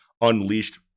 unleashed